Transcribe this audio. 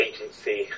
agency